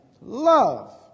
Love